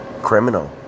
criminal